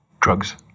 drugs